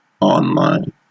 online